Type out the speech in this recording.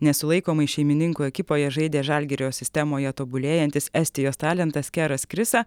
nesulaikomai šeimininkų ekipoje žaidė žalgirio sistemoje tobulėjantis estijos talentas keras krisa